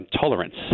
tolerance